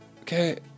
Okay